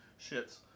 shits